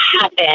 happen